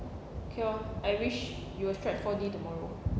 okay lor I wish you will strike four D tomorrow